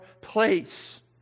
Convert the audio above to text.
place